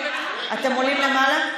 אתם עולים למעלה.